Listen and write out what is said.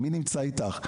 מי נמצא איתך?